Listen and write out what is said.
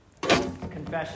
confession